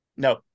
no